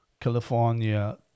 California